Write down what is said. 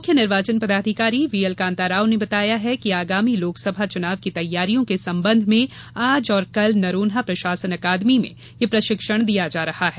मुख्य निर्वाचन पदाधिकारी व्हीएल कान्ता राव ने बताया है कि आगामी लोकसभा चुनाव की तैयारियों के संबंध में आज और कल नरोन्हा प्रशासन अकादमी में यह प्रशिक्षण दिया जा रहा है